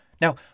Now